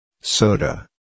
soda